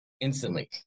instantly